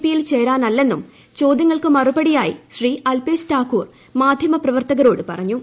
P യിൽ ചേരാനല്ലെന്നും ചോദ്യങ്ങൾക്കു മറുപടിയായി ശ്രീ അൽപേഷ് താക്കൂർ മാധ്യമ പ്രവർത്തകരോടുപറഞ്ഞു